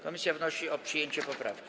Komisja wnosi o przyjęcie poprawki.